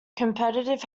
competitive